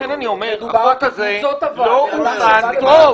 לכן אני אומר שהחוק הזה לא הוכן טוב.